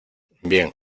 bien